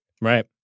Right